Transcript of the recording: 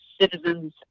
citizens